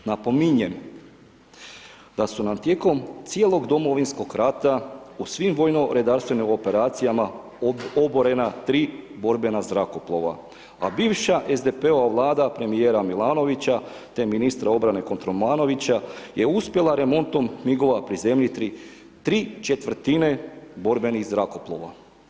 Napominjem da su nam tijekom cijelog Domovinskog rata u svim vojno-redarstvenim operacijama oborena 3 borbena zrakoplova, a bivša SDP-ova Vlada premijera Milanovića te ministra obrane Kotromanovića je uspjela remontom MIG-ova prizemljiti 3/4 borbenih zrakoplova.